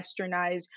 westernized